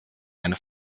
eine